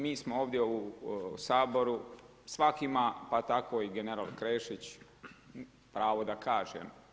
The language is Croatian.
Mi smo ovdje u Saboru, svak' ima pa tako i general Krešić pravo da kaže.